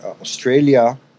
Australia